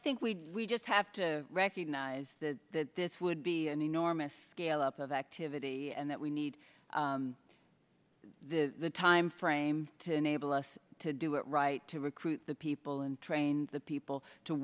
think we just have to recognize that this would be an enormous scale up of activity and that we need the time frame to enable us to do it right to recruit the people and train the people to